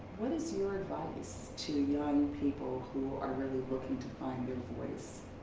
what is your advice to young people who are really looking to find their voice?